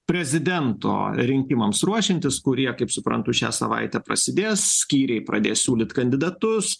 prezidento rinkimams ruošiantis kurie kaip suprantu šią savaitę prasidės skyriai pradės siūlyt kandidatus